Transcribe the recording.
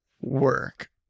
work